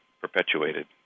perpetuated